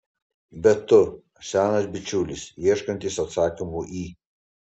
bet tu senas bičiulis ieškantis atsakymų į